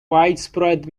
widespread